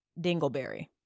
dingleberry